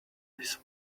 his